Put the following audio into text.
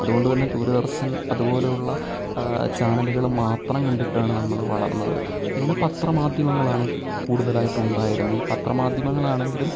അതുകൊണ്ടുതന്നെ ദൂരദർശൻ അതു പോലെയുള്ള ചാനലുകളും മാത്രം കണ്ടിട്ടാണ് നമ്മൾ വളർന്നത് പിന്നെ പത്രമാധ്യമങ്ങളാണ് കൂടുതലായിട്ടുണ്ടായിരുന്നത് ഈ പത്രമാധ്യമങ്ങളാണെങ്കിലും